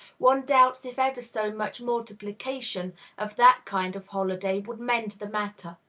one doubts if ever so much multiplication of that kind of holiday would mend the matter.